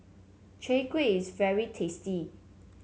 Chai Kuih is very tasty